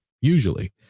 usually